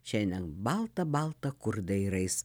šiandien balta balta kur dairais